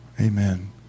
Amen